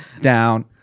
down